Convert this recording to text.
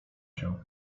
cię